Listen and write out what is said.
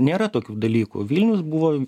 nėra tokių dalykų vilnius buvo